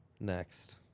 Next